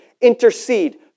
intercede